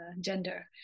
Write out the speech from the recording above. gender